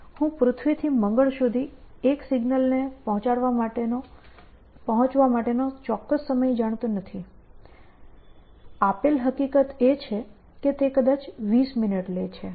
હું પૃથ્વીથી મંગળ સુધી એક સિગ્નલ ને પહોંચવા માટેનો ચોક્કસ સમય જાણતો નથી આપેલ હકીકત એ છે કે તે કદાચ 20 મિનિટ લે છે